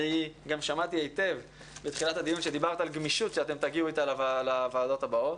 שמעתי היטב בתחילת הדיון שדיברת על גמישות שאתם תגיעו אתה לוועדה הבאות,